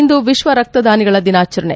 ಇಂದು ವಿಶ್ವ ರಕ್ತದಾನಿಗಳ ದಿನಾಚರಣೆ